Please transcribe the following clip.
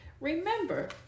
Remember